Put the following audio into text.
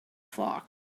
flock